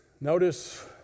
Notice